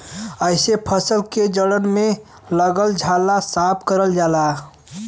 एसे फसल के जड़न में लगल झाला साफ करल जाला